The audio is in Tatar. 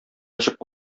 ачып